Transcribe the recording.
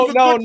no